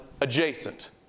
adjacent